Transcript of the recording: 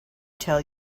tell